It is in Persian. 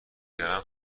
بیارم